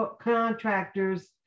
contractors